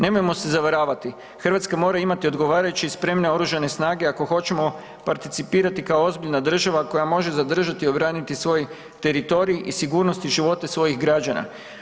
Nemojmo se zavaravati, Hrvatska mora imati odgovarajuće i spremne Oružane snage ako hoćemo participirati kao ozbiljna država koja može zadržati i obraniti svoj teritorij i sigurnost i živote svojih građana.